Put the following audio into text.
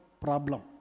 problem